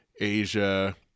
Asia